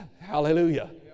Hallelujah